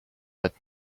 but